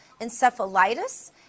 encephalitis